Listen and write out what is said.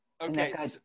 Okay